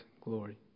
glory